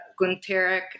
Gunteric